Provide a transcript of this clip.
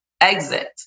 exit